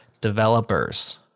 developers